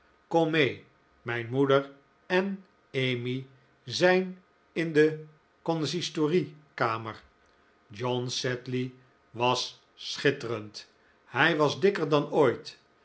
kom mec mijn moeder en emmy zijn in de consistoriekamer jos sedley was schitterend hij was dikker dan ooit